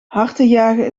hartenjagen